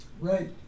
Right